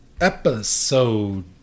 episode